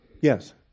Yes